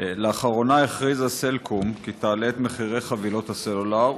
לאחרונה הכריזה סלקום כי תעלה את מחירי חבילות הסלולר,